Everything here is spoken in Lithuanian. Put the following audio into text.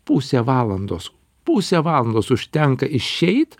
pusę valandos pusę valandos užtenka išeit